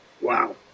Wow